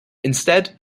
instead